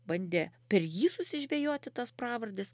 bandė per jį susižvejoti tas pravardes